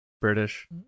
British